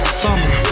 summer